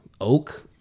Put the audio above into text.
oak